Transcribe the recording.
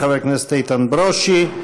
חבר הכנסת איתן ברושי,